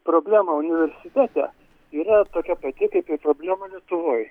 problema universitete yra tokia pati kaip problema lietuvoj